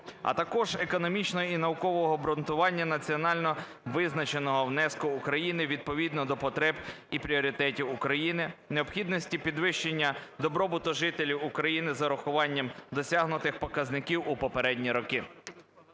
А також економічного і наукового обґрунтування національно визначеного внеску України відповідно до потреб і пріоритетів України; необхідності підвищення добробуту жителів України з урахуванням досягнутих показників у попередні роки;